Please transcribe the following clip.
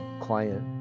client